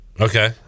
okay